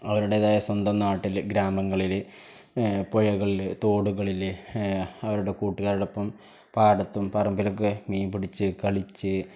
അവരുടേതായ സ്വന്തം നാട്ടില് ഗ്രാമങ്ങളില് പുഴകളില് തോടുകളില് അവരുടെ കൂട്ടുകാരോടൊപ്പം പാടത്തും പറമ്പിലുമൊക്കെ മീൻപിടിച്ച് കളിച്ച്